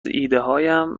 ایدههایم